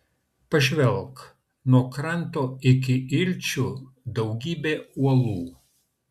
pažvelk nuo kranto iki ilčių daugybė uolų